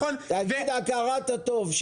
תגיד גם משהו שהוא הכרת הטוב,